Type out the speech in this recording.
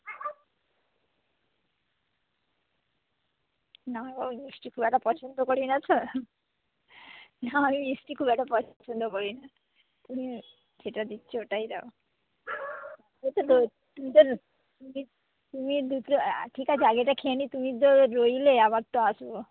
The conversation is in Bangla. না ওই মিষ্টি খুব একটা পছন্দ করি না তো না আমি মিষ্টি খুব একটা পছন্দ করি না তুমি যেটা দিচ্ছ ওটাই দাও তুমি তো তুমি দুটো ঠিক আছে আগে এটা খেয়ে নিই তুমি তো রইলে আবার তো আসবো